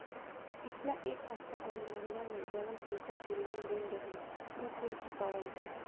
पिछला एक हफ्ता अउरी महीना में जवन पईसा के लेन देन रही उ कुल चुकावल जाई